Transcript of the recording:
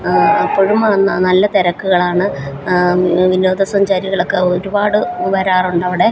അപ്പോഴും നല്ല തിരക്കുകളാണ് വിനോദ സഞ്ചാരികളക്കെ ഒരുപാട് വരാറുണ്ടവിടെ